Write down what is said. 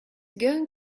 going